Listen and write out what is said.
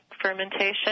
fermentation